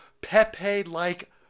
Pepe-like